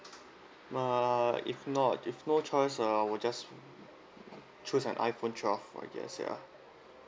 uh if not if no choice uh I'll just choose an iphone twelve for guess ya